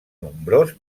nombrós